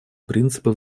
принципы